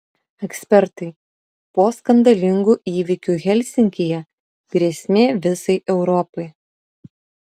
ekspertai po skandalingų įvykių helsinkyje grėsmė visai europai